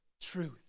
truth